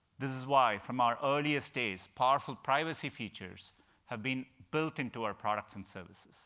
this is why, from our earliest days, powerful privacy features have been built into our products and services